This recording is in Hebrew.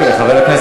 חבר הכנסת,